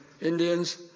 Indians